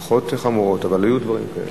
תאונות פחות חמורות, אבל היו דברים כאלה.